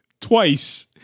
twice